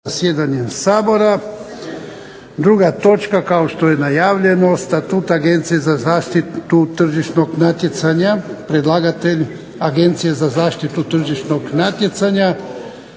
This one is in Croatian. zasjedanjem Sabora. Druga točka kao što je najavljeno - Statut Agencije za zaštitu tržišnog natjecanja Predlagatelj Agencija za zaštitu tržišnog natjecanja.